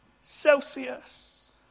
Celsius